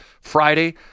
Friday